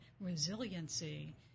resiliency